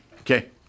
Okay